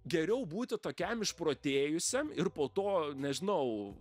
geriau būti tokiam išprotėjusiam ir po to nežinau